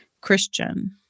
Christian